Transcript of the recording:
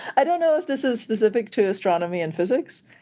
i don't know if this is specific to astronomy and physics,